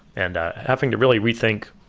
and having to really rethink,